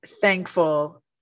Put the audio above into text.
thankful